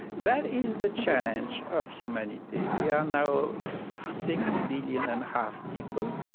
that is the challenge of humanity. we are now six billion and a half people,